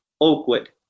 Oakwood